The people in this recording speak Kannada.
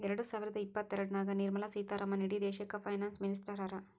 ಎರಡ ಸಾವಿರದ ಇಪ್ಪತ್ತಎರಡನಾಗ್ ನಿರ್ಮಲಾ ಸೀತಾರಾಮನ್ ಇಡೀ ದೇಶಕ್ಕ ಫೈನಾನ್ಸ್ ಮಿನಿಸ್ಟರ್ ಹರಾ